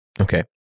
Okay